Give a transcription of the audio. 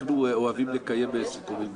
אנחנו אוהבים לקיים סיכומים,